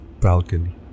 balcony